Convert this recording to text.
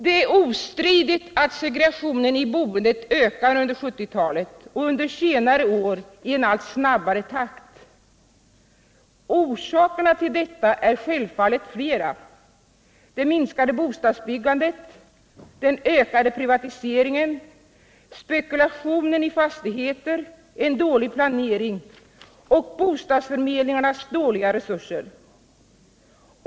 Det är ostridigt att segregationen i boendet ökat under 1970-talet och under senare år i en allt snabbare takt. Orsakerna till detta är självfallet flera: det minskade bostadsbyggandet, den ökade privatiseringen, spekulationen i fastigheter, en dålig planering och bostadsförmedlingarnas dåliga resurser.